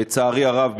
לצערי הרב,